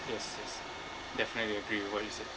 yes yes definitely agree with what you said